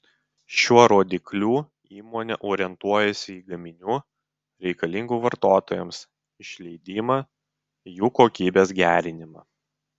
šiuo rodikliu įmonė orientuojasi į gaminių reikalingų vartotojams išleidimą jų kokybės gerinimą